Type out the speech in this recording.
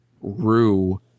Rue